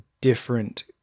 different